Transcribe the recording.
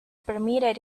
permitted